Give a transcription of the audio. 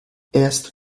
erst